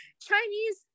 Chinese